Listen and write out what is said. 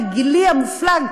בגילי המופלג,